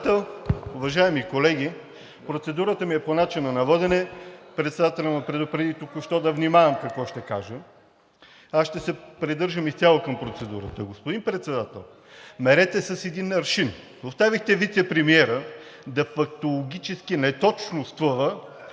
Председател, уважаеми колеги! Процедурата ми е по начина на водене. Председателят току-що ме предупреди да внимавам какво ще кажа. Аз ще се придържам изцяло към процедурата. Господин Председател, мерете с един аршин. Оставихте вицепремиера да фактологически неточноствува